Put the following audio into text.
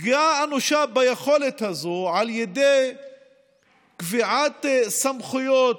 פגיעה אנושה ביכולת הזאת על ידי קביעת סמכויות,